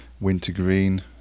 wintergreen